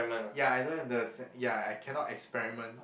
ya I don't have the s~ ya I cannot experiment